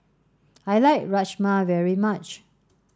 I like Rajma very much